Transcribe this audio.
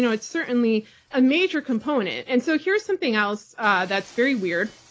it's certainly a major component. and so here's something else that's very weird.